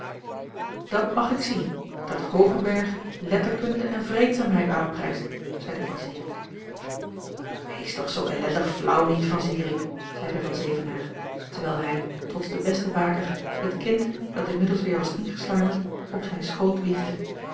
dat mag ik zien dat hoogenberg letterkunde en vreetzaamheid aanprijst zeide van zirik wees toch zoo ellendig flaauw niet van zirik zeide van zevenaer terwijl hij trots de beste baker het kind dat inmiddels weêr was ingesluimerd op zijn schoot